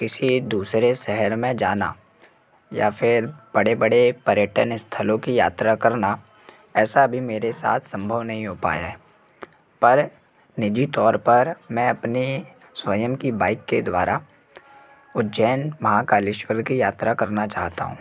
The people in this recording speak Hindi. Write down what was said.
किसी दूसरे शहर में जाना या फिर बड़े बड़े पर्यटन स्थलों कि यात्रा करना ऐसा भी मेरे साथ संभव नहीं हो पाया है पर निजी तौर पर मैं अपने स्वयं कि बाइक के द्वारा उज्जैन महाकालेश्वर कि यात्रा करना चाहता हूँ